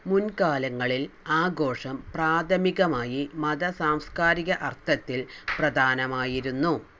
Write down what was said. മുൻകാലങ്ങളിൽ ആഘോഷം പ്രാഥമികമായി മത സാംസ്കാരിക അർത്ഥത്തിൽ പ്രധാനമായിരുന്നു